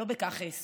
לא בכך אעסוק.